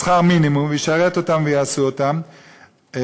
בשכר מינימום, וישרת אותם ויעשה להם בשבת,